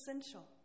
essential